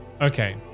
Okay